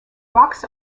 rocks